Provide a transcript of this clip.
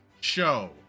Show